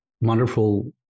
wonderful